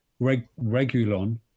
Regulon